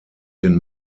den